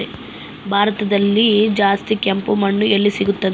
ಭಾರತದಲ್ಲಿ ಜಾಸ್ತಿ ಕೆಂಪು ಮಣ್ಣು ಎಲ್ಲಿ ಸಿಗುತ್ತದೆ?